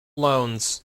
loans